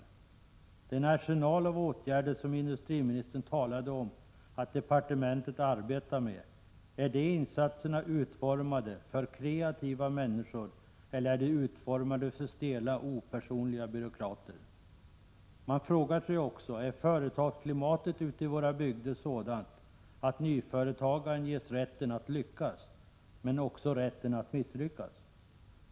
Är den arsenal av åtgärder som industriministern talade om att departementet arbetar med, utformad för kreativa människor eller för stela, opersonliga byråkrater? Man frågar sig också: Är företagsklimatet ute i våra bygder sådant att nyföretagaren ges rätten att lyckas men också rätten att misslyckas?